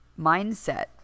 mindset